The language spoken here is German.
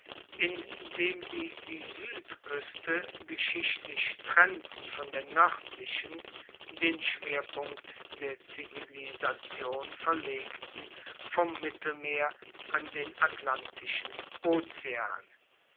indem sie die suedkueste geschichtlich trennten von der noerdlichen den schwerpunkt der zivilisation verlegten vom mittelmeer an den atlantischen ozean